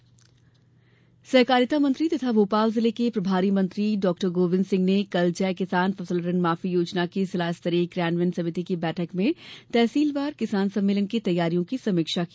गोविंद सिंह सहकारिता मंत्री तथा भोपाल जिले के प्रभारी डॉ गोविंद सिंह ने कल जय किसान फसल ऋण माफी योजना की जिला स्तरीय क्रियान्वयन समिति की बैठक में तहसीलवार किसान सम्मेलन की तैयारियों की समीक्षा की